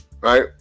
Right